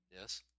Yes